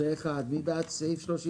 אושר מי בעד סעיף 32?